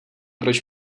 proč